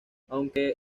aunque